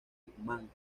tucumán